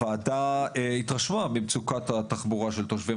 הוועדה התרשמה במצוקת התחבורה של תושבי